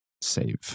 save